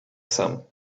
some